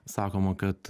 sakoma kad